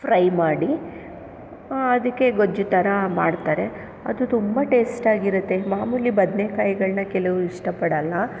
fry ಮಾಡಿ ಅದಕ್ಕೆ ಗೊಜ್ಜು ಥರ ಮಾಡ್ತಾರೆ ಅದು ತುಂಬ ಟೇಸ್ಟಾಗಿರುತ್ತೆ ಮಾಮೂಲಿ ಬದ್ನೇಕಾಯ್ಗಳನ್ನ ಕೆಲವರು ಇಷ್ಟಪಡಲ್ಲ